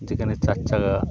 যেখানে চারচাকা